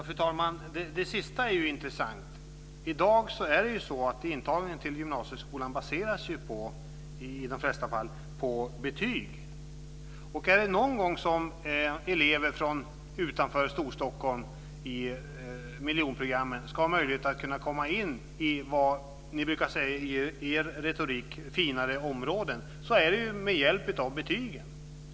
Fru talman! Det sista var intressant. I dag är det ju så att intagningen till gymnasieskolan i de flesta fall baseras på betyg. Om elever från miljonprogramsområdena utanför Storstockholm någon gång ska ha möjlighet att komma in i det som enligt er retorik är finare områden, är det med hjälp av betygen.